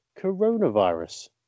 coronavirus